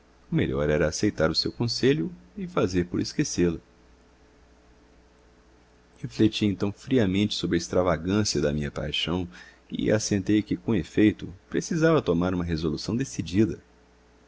melhor era aceitar o seu conselho e fazer por esquecê-la refleti então friamente sobre a extravagância da minha paixão e assentei que com efeito precisava tomar uma resolução decidida